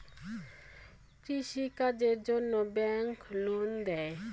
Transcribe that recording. কৃষি কাজের জন্যে ব্যাংক লোন দেয়?